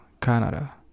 Canada